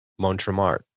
Montremart